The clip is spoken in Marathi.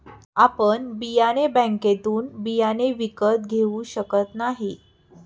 आपण बियाणे बँकेतून बियाणे विकत घेऊ शकत नाही